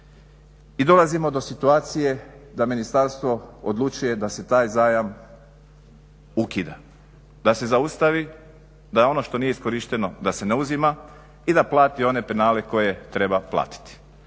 I dolazimo do situacije da ministarstvo odlučuje da se taj zajam ukida, da se zaustavi, da ono što nije iskorišteno da se ne uzima i da plati one penale koje treba platiti.